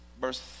verse